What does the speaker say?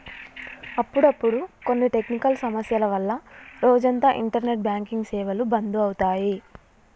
అప్పుడప్పుడు కొన్ని టెక్నికల్ సమస్యల వల్ల రోజంతా ఇంటర్నెట్ బ్యాంకింగ్ సేవలు బంధు అవుతాయి